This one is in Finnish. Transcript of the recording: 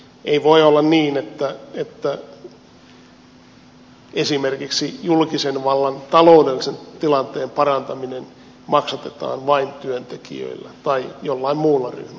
ei voi olla niin että esimerkiksi julkisen vallan taloudellisen tilanteen parantaminen maksatetaan vain työntekijöillä tai jollain muulla ryhmällä erikseen